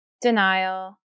denial